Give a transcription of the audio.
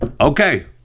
okay